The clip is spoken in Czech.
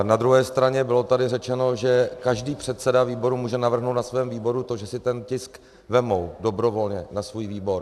Na druhé straně bylo tady řečeno, že každý předseda výboru může navrhnout na svém výboru to, že si ten tisk vezmou dobrovolně na svůj výbor.